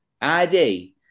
ID